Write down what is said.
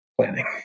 planning